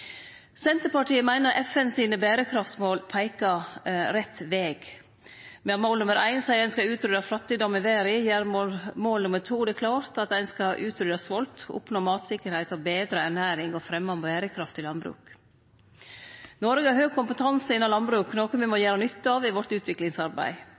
Senterpartiet meiner FN sine berekraftsmål peikar rett veg. Medan mål nr. 1 seier at ein skal utrydde fattigdom i verda, gjer mål nr. 2 det klart at ein skal utrydde svolt, oppnå matsikkerheit og betre ernæring og fremje berekraftig landbruk. Noreg har høg kompetanse innan landbruk, noko me må